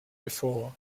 before